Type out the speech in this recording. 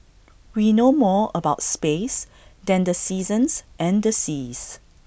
we know more about space than the seasons and seas